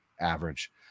average